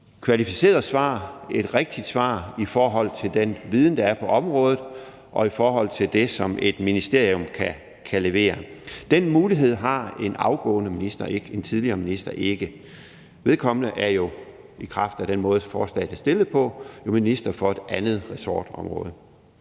kvalificeret svar, et rigtigt svar, i forhold til den viden, der er på området, og i forhold til det, som et ministerium kan levere. Den mulighed har en afgået minister, en tidligere minister, ikke – vedkommende er jo i kraft af den måde, forslaget er formuleret på, nu minister for et andet ressortområde.